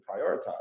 prioritize